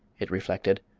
it reflected,